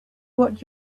what